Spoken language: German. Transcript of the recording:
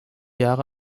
jahre